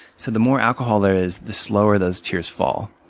so the more alcohol there is, the slower those tiers fall.